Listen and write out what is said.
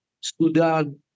Sudan